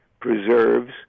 preserves